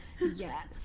Yes